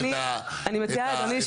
אדוני,